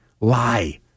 Lie